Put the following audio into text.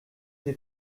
des